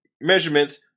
measurements